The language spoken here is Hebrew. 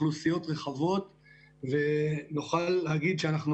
אוכלוסיות רחבות ונוכל להגיד שאנחנו